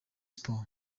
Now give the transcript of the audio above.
sports